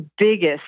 biggest